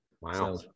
wow